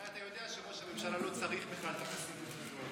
הרי אתה יודע שראש הממשלה לא צריך בכלל את החסינות הזאת.